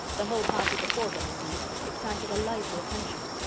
the whole party before them, indeed, excited a lively attention.